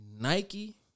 Nike